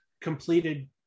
completed